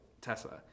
Tesla